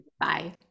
Bye